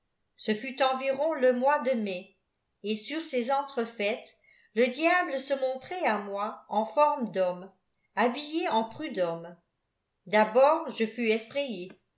ce fut environ le mois de mai set sûr cefe etftrt faites le diable se montrait à moi en forme f homme hatllé en prud'homme d'abord je fus effrayé